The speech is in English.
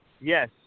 Yes